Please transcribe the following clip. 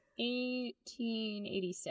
1886